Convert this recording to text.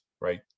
right